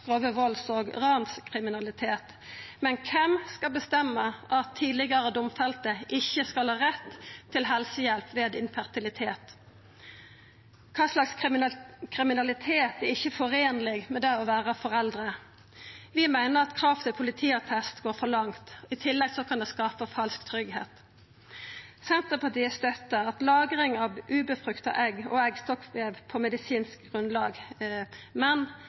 valds- og ranskriminalitet. Men kven skal bestemma at tidlegare domfelte ikkje skal ha rett til helsehjelp ved infertilitet? Kva slags kriminalitet er det som ikkje lèt seg foreina med det å vera foreldre? Vi meiner at kravet om politiattest går for langt. I tillegg kan det skapa falsk tryggleik. Senterpartiet støttar lagring av egg som ikkje er befrukta, og eggstokkvev på medisinsk grunnlag, men